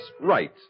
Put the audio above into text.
right